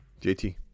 JT